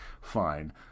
fine